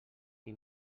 qui